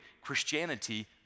Christianity